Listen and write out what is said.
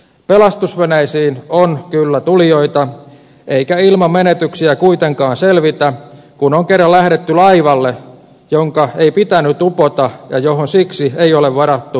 pelastusveneisiin on kyllä tulijoita eikä ilman menetyksiä kuitenkaan selvitä kun on kerran lähdetty laivalle jonka ei pitänyt upota ja johon siksi ei ole varattu riittävästi pelastusveneitä